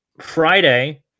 friday